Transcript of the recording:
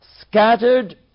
scattered